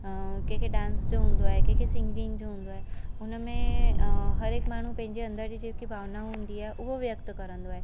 कंहिंखे डांस जो हूंदो आहे कंहिंखे सिंगिंग जो हूंदो आहे हुनमें हर हिकु माण्हू पंहिंजे अंदर जी जेकी भावना हूंदी आहे उहो व्यक्त कंदो आहे